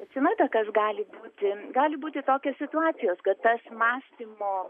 žinote kas galinti gali būti tokios situacijos kad tas mąstymo